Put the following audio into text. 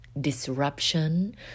disruption